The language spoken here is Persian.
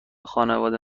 خانواده